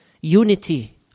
unity